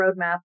Roadmap